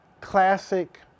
classic